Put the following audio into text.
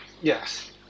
Yes